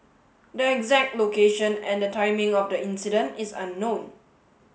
the exact location and the timing of the incident is unknown